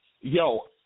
yo